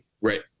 right